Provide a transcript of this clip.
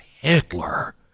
Hitler